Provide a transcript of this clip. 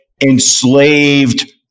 enslaved